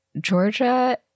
Georgia